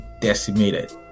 decimated